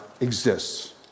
exists